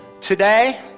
today